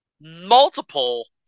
multiple